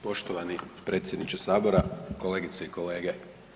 Poštovani predsjedniče sabora, kolegice i kolege.